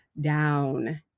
down